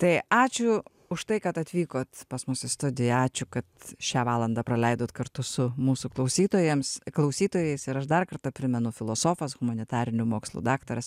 tai ačiū už tai kad atvykot pas mus į studiją ačiū kad šią valandą praleidot kartu su mūsų klausytojams klausytojais ir aš dar kartą primenu filosofas humanitarinių mokslų daktaras